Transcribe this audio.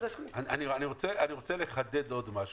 אני רוצה לחדד עוד משהו.